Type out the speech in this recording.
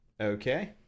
Okay